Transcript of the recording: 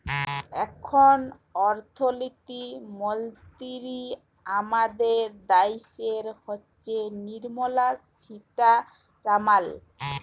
এখল অথ্থলিতি মলতিরি আমাদের দ্যাশের হচ্ছেল লির্মলা সীতারামাল